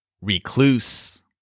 Recluse